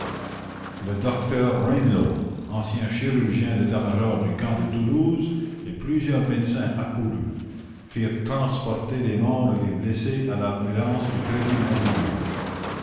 le docteur rainlow ancien chirurgien d'état-major du camp de toulouse et plusieurs médecins accourus firent transporter les morts et les blessés à l'ambulance du crédit mobilier